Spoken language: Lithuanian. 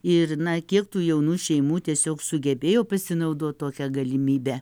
ir na kiek tų jaunų šeimų tiesiog sugebėjo pasinaudot tokia galimybe